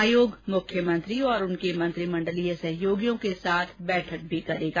आयोग मुख्यमंत्री और उनके मंत्रिमंडलीय सहयोगियों के साथ भी बैठक करेगा